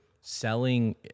selling